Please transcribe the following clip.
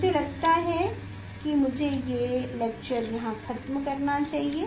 मुझे लगता है कि मुझे ये लैक्चर यहाँ ख़त्म करना चाहिए